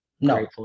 No